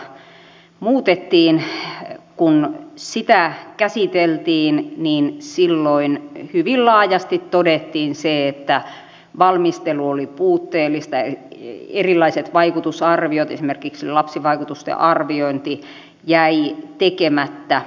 silloin kun kansalaisaloitetta jonka pohjalta sitten avioliittolakia muutettiin käsiteltiin hyvin laajasti todettiin se että valmistelu oli puutteellista erilaiset vaikutusarviot esimerkiksi lapsivaikutusten arviointi jäivät tekemättä